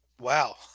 Wow